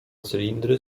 cylindry